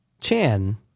Chan